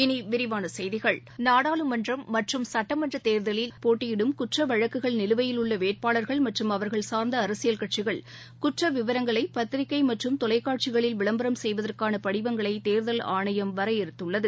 இனிவிரிவானசெய்திகள் நாடாளுமன்றம் மற்றும் சட்டமன்றத் தேர்தலில் போட்டியிடும் குற்றவழக்குகள் நிலுவையில் உள்ளவேட்பாளர்கள் மற்றும் அவர்கள் சார்ந்தஅரசியல் கட்சிகள் குற்றவிவரங்களைபத்திரிகைமற்றும் தொலைக்காட்சிகளில் விளம்பரம் செய்வதற்கான படிவங்களைதேர்தல் ஆணையம் வரையறுத்துள்ளது